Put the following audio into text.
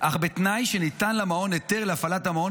אך בתנאי שניתן למעון היתר להפעלת המעון